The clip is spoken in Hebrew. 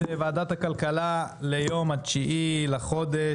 אנחנו פותחים את ועדת הכלכלה ליום ה-9 בחודש,